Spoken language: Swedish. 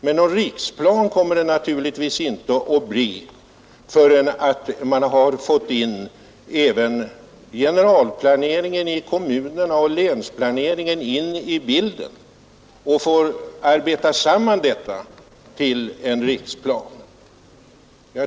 Men någon riksplan kommer det naturligtvis inte att bli förrän man fått med även generalplaneringen i kommunerna och länsplaneringen i bilden och arbetat samman allt detta till en riksplan.